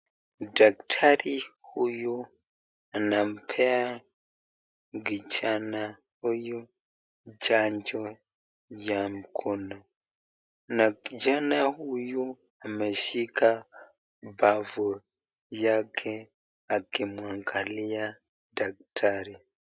Daktari huyu anampea kijana huyu chanjo ya mkono, na kijana huyu ameshika mbavu yake akimwangalia daktari.